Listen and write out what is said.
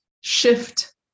shift